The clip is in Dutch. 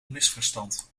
misverstand